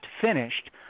finished